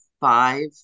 five